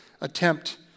attempt